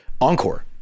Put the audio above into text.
Encore